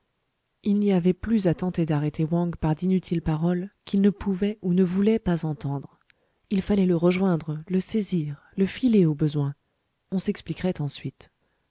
il n'y avait plus à tenter d'arrêter wang par d'inutiles paroles qu'il ne pouvait ou ne voulait pas entendre il fallait le rejoindre le saisir le filer au besoin on s'expliquerait ensuite